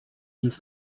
these